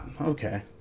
Okay